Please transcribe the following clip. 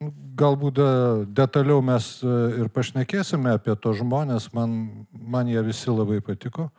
galbūt detaliau mes ir pašnekėsime apie tuos žmones man man jie visi labai patiko